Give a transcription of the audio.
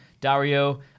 Dario